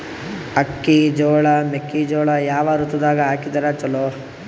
ಅಕ್ಕಿ, ಜೊಳ, ಮೆಕ್ಕಿಜೋಳ ಯಾವ ಋತುದಾಗ ಹಾಕಿದರ ಚಲೋ?